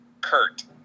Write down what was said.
Kurt